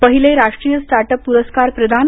पहिले राष्ट्रीय start up पुरस्कार प्रदान